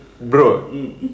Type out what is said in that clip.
bro